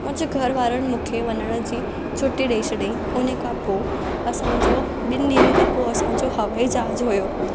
मुंहिंजे घर वारनि मूंखे वञण जी छुट्टी ॾई छॾियांई उन खां पोइ असां जो ॿिनि ॾींहंनि खां पोइ असां जो हवाई जहाज हुयो